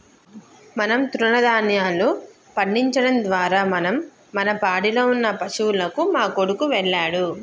మనం తృణదాన్యాలు పండించడం ద్వారా మనం మన పాడిలో ఉన్న పశువులకు మా కొడుకు వెళ్ళాడు